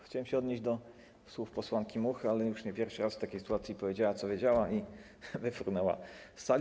Chciałem się odnieść do słów posłanki Muchy, ale już nie pierwszy raz w takiej sytuacji powiedziała, co wiedziała, i wyfrunęła z sali.